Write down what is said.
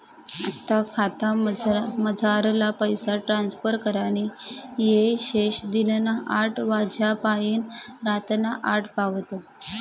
आपला खातामझारला पैसा ट्रांसफर करानी येय शे दिनना आठ वाज्यापायीन रातना आठ पावत